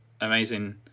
amazing